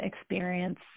experience